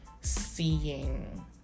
seeing